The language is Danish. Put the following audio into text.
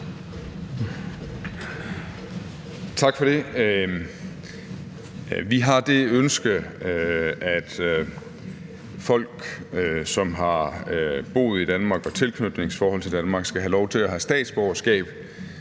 Tak for det. Vi har det ønske, at folk, som har boet i Danmark og har tilknytning til Danmark, skal have lov til at have statsborgerskab,